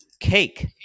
Cake